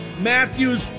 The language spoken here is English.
Matthews